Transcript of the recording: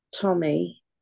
Tommy